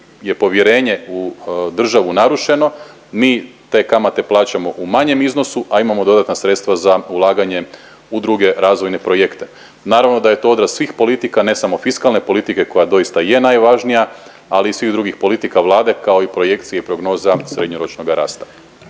je povjerenje u državu narušeno, mi te kamate plaćamo u manjem iznosu, a imamo dodatna sredstva za ulaganje u druge razvojne projekte. Naravno da je to odraz svih politika ne samo fiskalne politike koja doista je najvažnija, ali i svih drugih politika Vlade kao i projekcija i prognoza srednjoročnoga rasta.